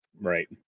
Right